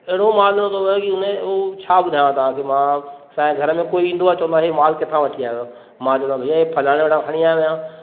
अहिड़ो माल ॾिनो अथव की उन जे उहा छा ॿुधायांव तव्हांखे मां असांजे घर में कोई ईंदो आहे चवंदो आहे इहे माल किथां वठी आहियो आहे मां चवंदमि भैया इहे फलाणे वटां खणी आहियो आहियां